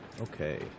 okay